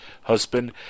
husband